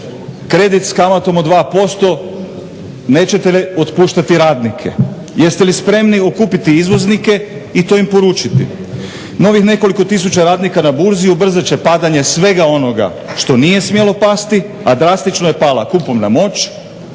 kredit s kamatom od 2% nećete li otpuštati radnike? Jeste li spremni okupiti izvoznike i to im poručiti? Novih nekoliko tisuća radnika na burzi ubrzat će padanje svega onoga što nije smjelo pasti, a drastično je pala kupovna moć.